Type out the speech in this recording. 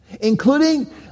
including